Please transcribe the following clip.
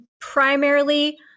primarily